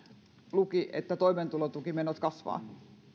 luki että toimeentulotukimenot kasvavat